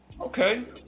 Okay